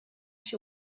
się